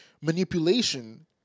Manipulation